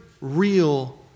real